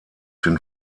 den